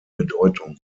bedeutung